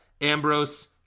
Ambrose